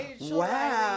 Wow